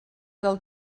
del